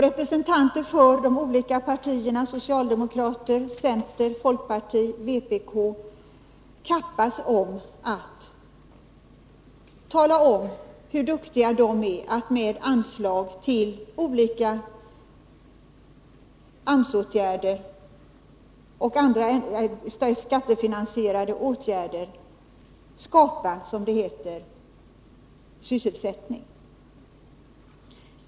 Representanter för de olika partierna — socialdemokrater, center, folkparti, vpk — kappas om att tala om hur duktiga de är när det gäller att med anslag till olika AMS-åtgärder och andra skattefinansierade åtgärder skapa, som det heter, sysselsättning.